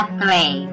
three